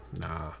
Nah